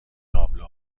تابلو